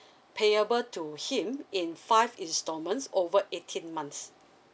payable to him in five installments over eighteen months